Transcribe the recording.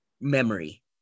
memory